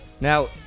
Now